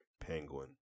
Penguin